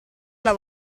alla